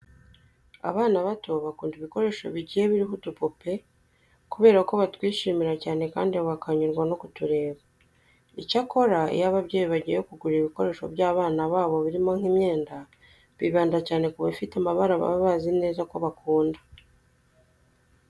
Abana bato bakunda ibikoresho bigiye biriho udupupe kubera ko batwishimira cyane kandi bakanyurwa no kutureba. Icyakora iyo ababyeyi bagiye kugura ibikoresho by'abana babo birimo nk'imyenda, bibanda cyane ku bifite amabara baba bazi neza ko bakunda.